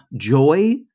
joy